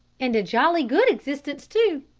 and a jolly good existence, too,